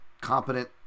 competent